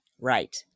Right